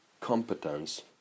competence